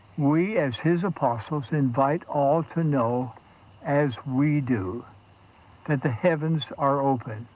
we as his apostles invite all to know as we do that the heavens are open.